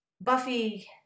Buffy